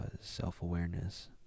self-awareness